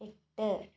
എട്ട്